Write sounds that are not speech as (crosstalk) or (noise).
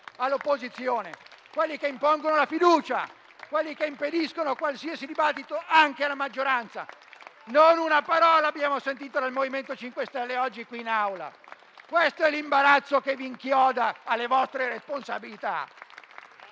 all'opposizione, quelli che impongono la fiducia, quelli che impediscono qualsiasi dibattito anche alla maggioranza. (applause) Non una parola abbiamo sentito dal MoVimento 5 Stelle oggi qui in Aula. Questo è l'imbarazzo che vi inchioda alle vostre responsabilità.